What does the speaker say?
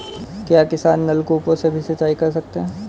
क्या किसान नल कूपों से भी सिंचाई कर सकते हैं?